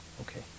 Okay